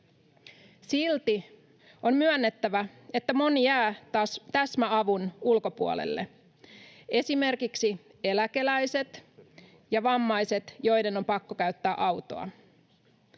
Silti on myönnettävä, että moni jää täsmäavun ulkopuolelle, esimerkiksi eläkeläiset ja vammaiset, joiden on pakko käyttää autoa.